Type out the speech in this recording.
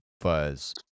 fuzz